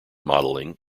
modelling